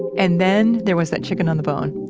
and then there was that chicken on the bone.